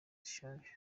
zishaje